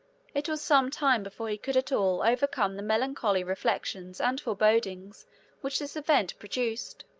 it was some time before he could at all overcome the melancholy reflections and forebodings which this event produced.